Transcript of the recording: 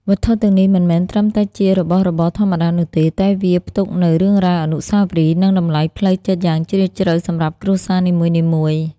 វត្ថុទាំងនេះមិនមែនត្រឹមតែជារបស់របរធម្មតានោះទេ តែវាផ្ទុកនូវ រឿងរ៉ាវ អនុស្សាវរីយ៍ និង តម្លៃផ្លូវចិត្ត យ៉ាងជ្រាលជ្រៅសម្រាប់គ្រួសារនីមួយៗ។